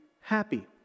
happy